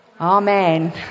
Amen